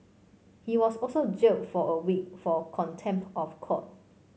he was also jailed for a week for contempt of court